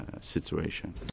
situation